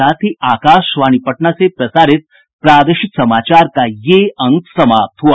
इसके साथ ही आकाशवाणी पटना से प्रसारित प्रादेशिक समाचार का ये अंक समाप्त हुआ